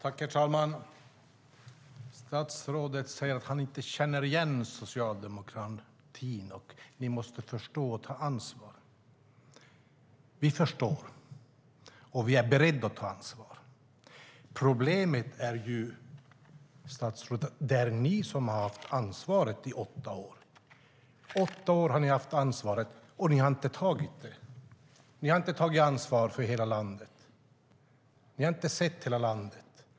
Herr talman! Statsrådet säger att han inte känner igen socialdemokratin och att vi måste förstå och ta ansvar. Vi förstår, och vi är beredda att ta ansvar. Problemet, statsrådet, är att det är ni som har haft ansvaret i åtta år, men ni har inte tagit det. Ni har inte tagit ansvar för hela landet. Ni har inte sett hela landet.